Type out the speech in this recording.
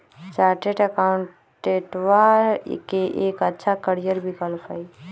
chartered अकाउंटेंटवा के एक अच्छा करियर विकल्प हई